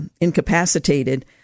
incapacitated